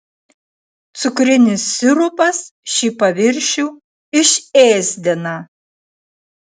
cukrinis sirupas šį paviršių išėsdina